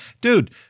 dude